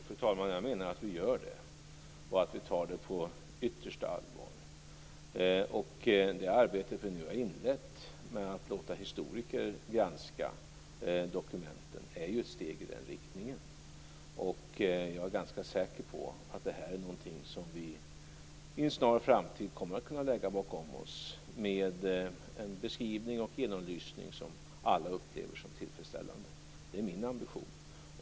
Fru talman! Jag menar att vi gör det och att vi tar frågan på yttersta allvar. Det arbete vi nu har inlett med att låta historiker granska dokumenten är ju ett steg i den riktningen. Jag är ganska säker på att detta är något som vi inom en snar framtid kommer att kunna lägga bakom oss, med en beskrivning och genomlysning som alla upplever som tillfredsställande. Det är min ambition.